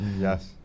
Yes